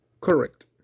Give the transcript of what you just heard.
Correct